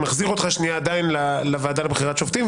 מחזיר אותך לוועדה עדיין לוועדה לבחירת שופטים,